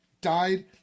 died